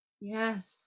yes